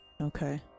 Okay